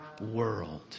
world